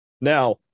Now